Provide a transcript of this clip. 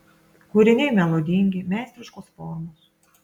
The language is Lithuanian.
kūriniai melodingi meistriškos formos